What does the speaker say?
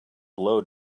blow